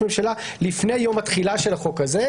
התקופה שבה כיהן אדם בתפקיד ראש ממשלה לפני יום התחילה של החוק הזה.